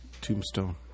Tombstone